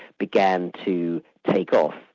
began to take off,